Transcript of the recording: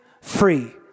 free